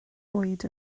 bwyd